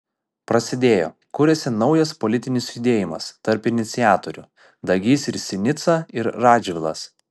prasidėjo kuriasi naujas politinis judėjimas tarp iniciatorių dagys ir sinica ir radžvilas